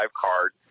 card